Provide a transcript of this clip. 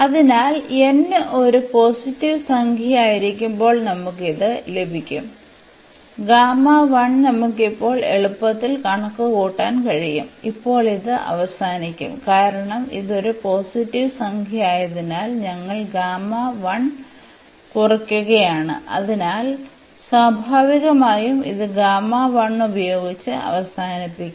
അതിനാൽ n ഒരു positive സംഖ്യയായിരിക്കുമ്പോൾ നമുക്ക് ഇത് ലഭിക്കും നമുക്ക് ഇപ്പോൾ എളുപ്പത്തിൽ കണക്കുകൂട്ടാൻ കഴിയും ഇപ്പോൾ ഇത് അവസാനിക്കും കാരണം ഇത് ഒരു പോസിറ്റീവ് സംഖ്യയായതിനാൽ ഞങ്ങൾ കുറയ്ക്കുകയാണ് അതിനാൽ സ്വാഭാവികമായും ഇത് ഉപയോഗിച്ച് അവസാനിപ്പിക്കും